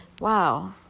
wow